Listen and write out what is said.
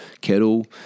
kettle